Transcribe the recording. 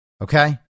okay